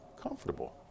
comfortable